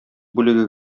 бүлеге